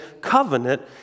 covenant